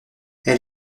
elle